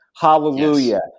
Hallelujah